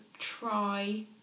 try